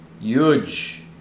huge